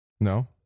No